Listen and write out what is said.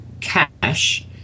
cash